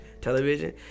television